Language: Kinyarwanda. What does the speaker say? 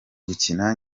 gukina